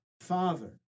Father